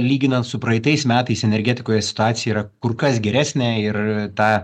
lyginant su praeitais metais energetikoje situacija yra kur kas geresnė ir tą